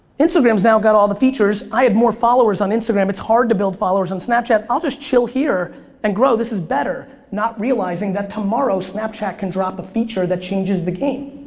instagram's now got all the features. i have more followers on instagram. it's hard to build followers on and snapchat. i'll just chill here and grow, this is better. not realizing that tomorrow snapchat can drop a feature that changes the game.